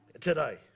today